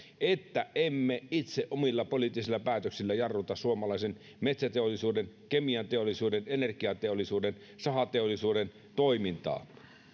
että emme itse omilla poliittisilla päätöksillämme jarruta suomalaisen metsäteollisuuden kemianteollisuuden energiateollisuuden sahateollisuuden toimintaa